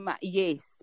yes